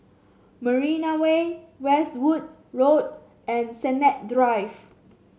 Marina Way Westwood Road and Sennett Drive